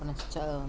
पुनश्च